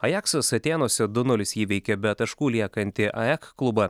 ajaksas atėnuose du nulis įveikė be taškų liekantį aech klubą